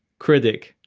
critic,